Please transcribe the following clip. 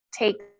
Take